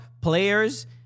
players